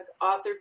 author